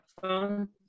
phone